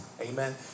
Amen